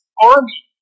army